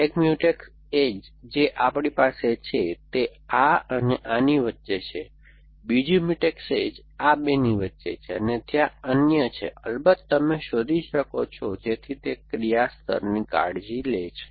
તેથી એક mutex edge જે આપણી પાસે છે તે આ અને આની વચ્ચે છે બીજી મ્યુટેક્સ એજ આ બેની વચ્ચે છે અને ત્યાં અન્ય છે અલબત્ત તમે શોધી શકો છો જેથી તે ક્રિયા સ્તરની કાળજી લે છે